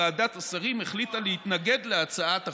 ועדת השרים החליטה להתנגד להצעת החוק.